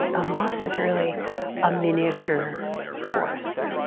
a moss is really a miniature forest.